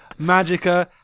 Magica